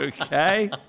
Okay